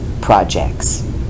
projects